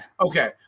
Okay